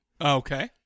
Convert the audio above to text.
Okay